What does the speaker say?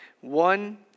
One